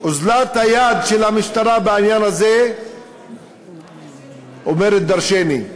אוזלת היד של המשטרה בעניין הזה אומרת דורשני.